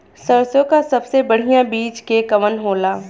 सरसों क सबसे बढ़िया बिज के कवन होला?